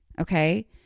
Okay